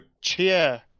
Cheer